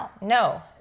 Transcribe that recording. No